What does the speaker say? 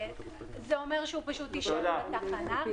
זה אומר שהוא פשוט יישאר בתחנה.